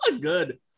Good